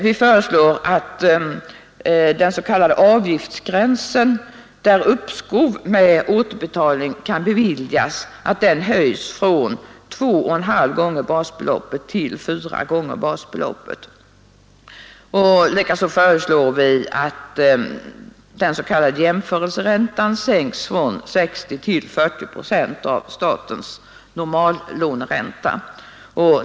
Vi föreslår att den s.k. avgiftsgränsen, där uppskov med återbetalning kan beviljas, höjs från 2,5 gånger basbeloppet till 4 gånger basbeloppet. Likaså föreslår vi att den s.k. jämförelseräntan sänks från 60 till 40 procent av statens normallåneränta.